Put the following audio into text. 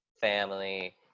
family